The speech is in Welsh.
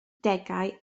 degau